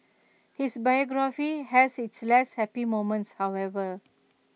his biography has its less happy moments however